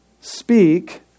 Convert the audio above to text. Speak